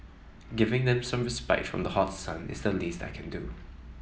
giving them some respite from the hot sun is the least I can do